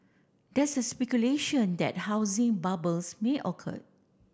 there is speculation that housing bubble may occur